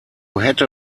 hätte